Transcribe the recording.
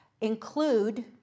include